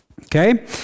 Okay